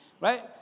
Right